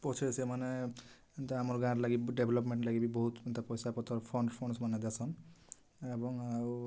ପଛେ ସେମାନେ ଏନ୍ତା ଆମର୍ ଗାଁର୍ ଲାଗି ଡ଼େଭଲପ୍ମେଣ୍ଟ୍ ଲାଗି ବହୁତ୍ ଏନ୍ତା ପଏସାପତର୍ ଫଣ୍ଡସ୍ ଫଣ୍ଡସ୍ମାନେ ଦେସନ୍ ଏବଂ ଆଉ